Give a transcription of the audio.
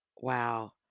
Wow